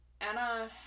Anna